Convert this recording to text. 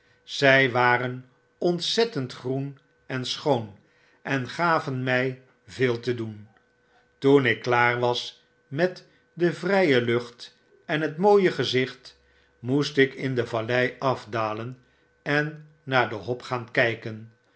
zg waren ontzettend groen en schoon en gaven mg veel te doen toen ik klaar was met de vrge lucht en het mooie gezicht moest ik in de vallei afdalen en naar de hop gaan kg